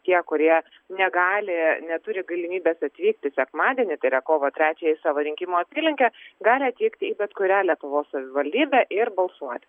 tie kurie negali neturi galimybės atvykti sekmadienį tai yra kovo trečiąją į savo rinkimų apylinkę gali atlikti bet kurią lietuvos savivaldybę ir balsuoti